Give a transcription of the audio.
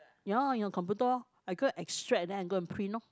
ya your computer loh I go and extract then I go and print loh